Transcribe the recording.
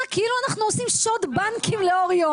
כאילו אנחנו עושים שוד בנקים לאור יום.